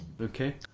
Okay